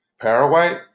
Paraguay